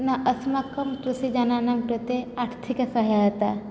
न अस्माकं कृषिजनानां कृते आर्थिकसहायता